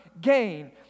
gain